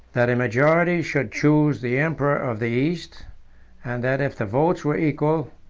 that a majority should choose the emperor of the east and that, if the votes were equal,